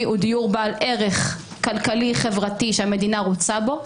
הוא בעל ערך כלכלי חברתי שהמדינה רוצה בו,